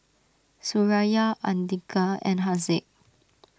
Suraya Andika and Haziq